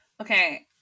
Okay